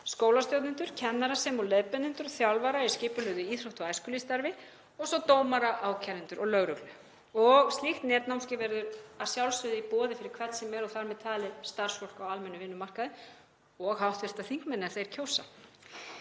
skólastjórnendur, kennara sem og leiðbeinendur og þjálfara í skipulögðu íþrótta- og æskulýðsstarfi og svo dómara, ákærendur og lögreglu. Slíkt netnámskeið verður að sjálfsögðu í boði fyrir hvern sem er og þar með talið starfsfólk á almennum vinnumarkaði og hv. þingmenn ef þeir kjósa.